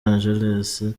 angeles